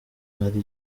hari